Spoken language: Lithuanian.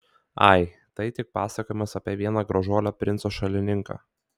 ai tai tik pasakojimas apie vieną gražuolio princo šalininką